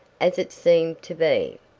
as it seemed to be.